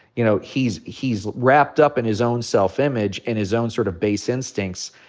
you know, he's he's wrapped up in his own self-image, in his own sort of base instincts.